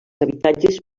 habitatges